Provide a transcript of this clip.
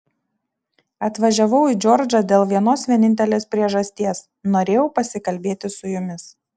atvažiavau į džordžą dėl vienos vienintelės priežasties norėjau pasikalbėti su jumis